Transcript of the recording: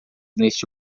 neste